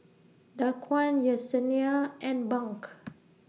Daquan Yessenia and Bunk